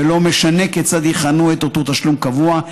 לא משנה כיצד יכנו את אותו תשלום קבוע,